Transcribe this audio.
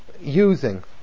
using